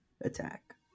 attack